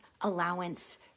allowance